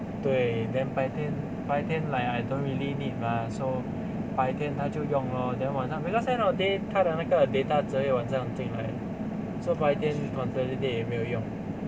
对 then 白天白天 like I don't really need mah so 白天她就用 lor then 晚上 because end of the day 他的那个 data 只有晚上近来 so 白天 consolidate 也没有用